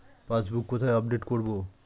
Passbook কোথায় update করব?